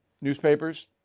newspapers